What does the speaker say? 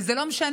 זה לא משנה,